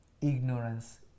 ignorance